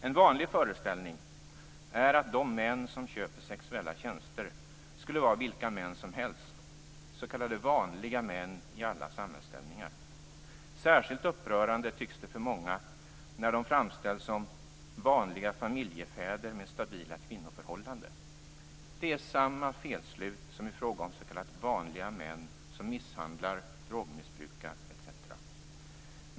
En vanlig föreställning är att de män som köper sexuella tjänster skulle vara vilka män som helst - "vanliga män i alla samhällsställningar". Särskilt upprörande tycks det för många när de framställs som "vanliga familjefäder med stabila kvinnoförhållanden". Det är samma felslut som i fråga om "vanliga män" som misshandlar, drogmissbrukar etc.